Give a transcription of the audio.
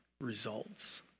results